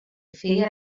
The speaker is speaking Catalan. feia